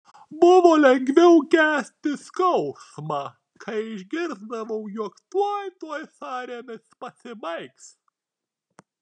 buvo lengviau kęsti skausmą kai išgirsdavau jog tuoj tuoj sąrėmis pasibaigs